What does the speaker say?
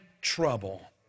trouble